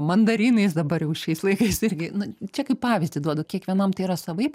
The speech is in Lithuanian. mandarinais dabar jau šiais laikais irgi nu čia kaip pavyzdį duodu kiekvienam tai yra savaip